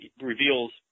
reveals